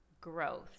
growth